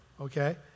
okay